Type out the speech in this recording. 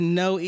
no